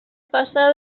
passa